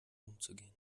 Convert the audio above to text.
umzugehen